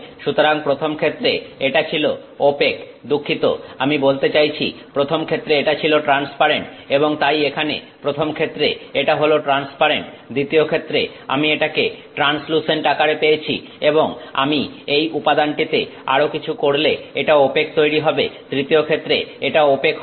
সুতরাং প্রথমক্ষেত্রে এটা ছিল ওপেক দুঃখিত আমি বলতে চাইছি প্রথমক্ষেত্রে এটা ছিল ট্রান্সপারেন্ট এবং তাই এখানে প্রথমক্ষেত্রে এটা হল ট্রান্সপারেন্ট দ্বিতীয়ক্ষেত্রে আমি এটাকে ট্রানসলুসেন্ট আকারে পেয়েছি এবং আমি এই উপাদানটিতে আরো কিছু করলে এটা ওপেক তৈরি হবে তৃতীয়ক্ষেত্রে এটা ওপেক হবে